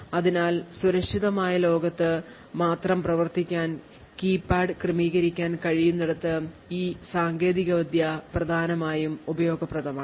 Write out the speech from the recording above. അതിനാൽ സുരക്ഷിതമായ ലോകത്ത് മാത്രം പ്രവർത്തിക്കാൻ കീപാഡ് ക്രമീകരിക്കാൻ കഴിയുന്നിടത്ത് ഈ സാങ്കേതികവിദ്യ പ്രധാനമായും ഉപയോഗപ്രദമാണ്